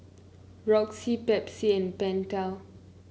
Roxy Pepsi and Pentel